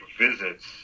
visits